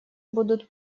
будут